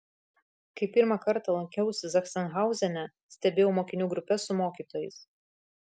kai pirmą kartą lankiausi zachsenhauzene stebėjau mokinių grupes su mokytojais